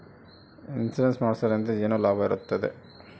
Insurance ಮಾಡೋದ್ರಿಂದ ಏನು ಲಾಭವಿರುತ್ತದೆ?